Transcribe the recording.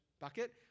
bucket